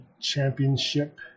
Championship